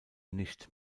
nicht